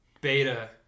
Beta